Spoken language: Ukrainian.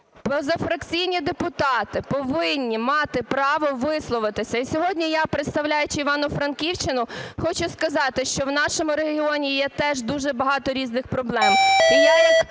позафракційні депутати повинні мати право висловитися. І сьогодні я, представляючи Івано-Франківщину, хочу сказати, що в нашому регіоні є теж дуже багато різних проблем.